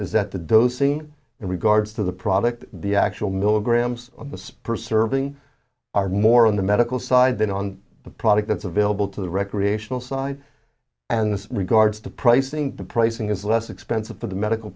is that the dozing in regards to the product the actual milligrams on the spur serving are more on the medical side than on the product that's available to the recreational side and this regards to pricing the pricing is less expensive for the medical